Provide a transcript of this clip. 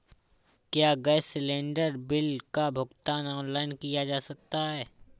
क्या gas cylinder bill का भुगतान ऑनलाइन किया जा सकता है?